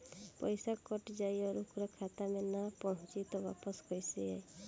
पईसा कट जाई और ओकर खाता मे ना पहुंची त वापस कैसे आई?